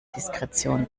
diskretion